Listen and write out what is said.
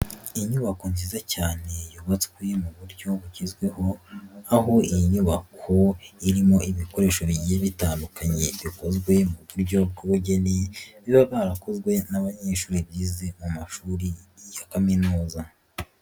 Inyubako nziza cyane yubatswe mu buryo bugezweho, aho iyi nyubako irimo ibikoresho bigiye bitandukanye bikozwe mu buryo bw'ubugeni, biba byarakozwe n'abanyeshuri bize amashuri ya kaminuza.